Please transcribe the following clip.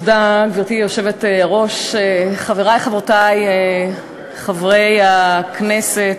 גברתי היושבת-ראש, תודה, חברי וחברותי חברי הכנסת,